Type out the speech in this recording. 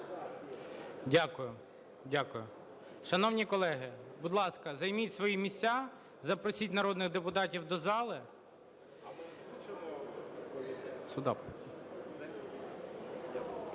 дякую. Шановні колеги, будь ласка, займіть свої місця, запросіть народних депутатів до зали.